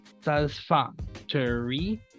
satisfactory